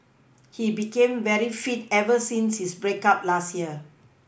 he became very fit ever since his break up last year